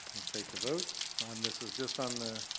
we'll take a vote on. this is just on the